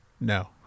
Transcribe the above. No